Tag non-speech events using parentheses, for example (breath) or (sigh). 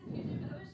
(breath)